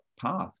path